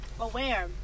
aware